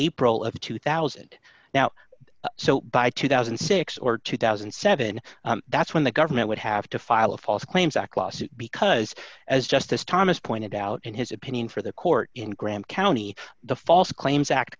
april of two thousand now so by two thousand and six or two thousand and seven that's when the government would have to file a false claims act lawsuit because as justice thomas pointed out in his opinion for the court in graham county the false claims act